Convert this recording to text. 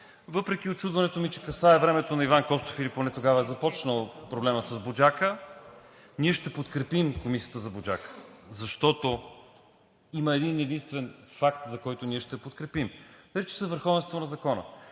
въпреки учудването ми, че касае времето на Иван Костов, или поне тогава е започнал проблемът с „Буджака“, ние ще подкрепим Комисията за „Буджака“, защото има един единствен факт, за който ние ще я подкрепим, нарича се върховенство на закона.